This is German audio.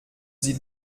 sie